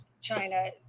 China